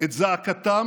את זעקתן